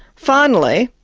finally,